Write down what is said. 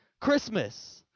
Christmas